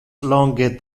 longe